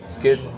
good